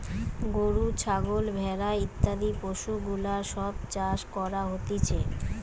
গরু, ছাগল, ভেড়া ইত্যাদি পশুগুলার সব চাষ করা হতিছে